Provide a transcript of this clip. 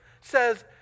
says